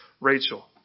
Rachel